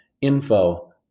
info